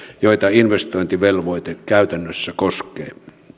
joita investointivelvoite käytännössä koskee